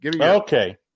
Okay